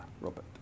Robert